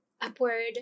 Upward